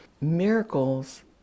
Miracles